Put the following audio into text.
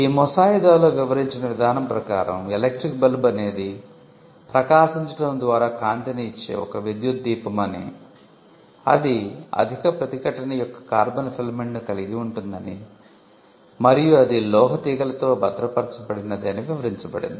ఈ ముసాయిదాలో వివరించిన విధానం ప్రకారం ఎలక్ట్రిక్ బల్బు అనేది ప్రకాశించడం ద్వారా కాంతిని ఇచ్చే ఒక విద్యుత్ దీపం అని అది అధిక ప్రతిఘటన యొక్క కార్బన్ ఫిలమెంట్ను కలిగి ఉంటుంది అని మరియు అది లోహ తీగలతో భద్రపరచబడినది అని వివరించబడింది